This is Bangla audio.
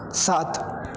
সাত